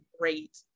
great